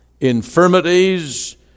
infirmities